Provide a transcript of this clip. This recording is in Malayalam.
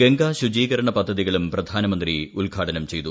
ഗംഗാ ശുചീകരണ പദ്ധതികളും പ്രധാനമന്ത്രി ഉദ്ഘാടനം ചെയ്തു